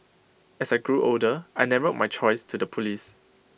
as I grew older I narrowed my choice to the Police